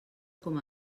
com